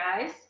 guys